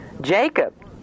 Jacob